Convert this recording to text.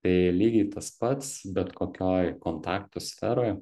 tai lygiai tas pats bet kokioj kontaktų sferoj